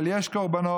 אבל יש קורבנות,